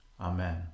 Amen